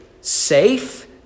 safe